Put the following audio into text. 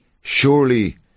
surely